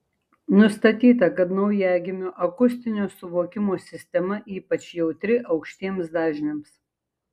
nustatyta kad naujagimio akustinio suvokimo sistema ypač jautri aukštiems dažniams